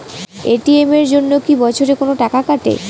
ATM এর জন্যে কি বছরে কোনো টাকা কাটে?